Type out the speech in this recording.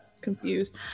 confused